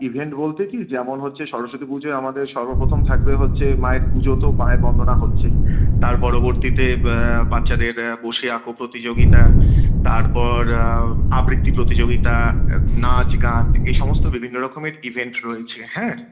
event বলতে কী যেমন হচ্ছে সরস্বতী পুজোয় আমাদের সর্বপ্রথম থাকবে হচ্ছে মায়ের পুজো তো মায়ের বন্দনা হচ্ছেই তার পরবর্তীতে বাচ্চাদের বসে আঁকো প্রতিযোগিতা তারপর আবৃত্তি প্রতিযোগিতা নাচ গান এ সমস্ত বিভিন্ন রকমের ইভেন্ট রয়েছে হ্যাঁ